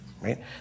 Right